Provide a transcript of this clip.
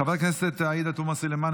חברת הכנסת עאידה תומא סלימאן,